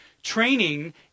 Training